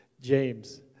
James